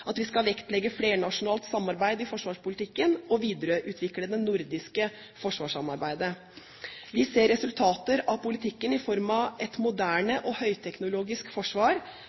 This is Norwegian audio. at vi skal vektlegge flernasjonalt samarbeid i forsvarspolitikken og videreutvikle det nordiske forsvarssamarbeidet. Vi ser resultater av denne politikken i form av et moderne og høyteknologisk forsvar,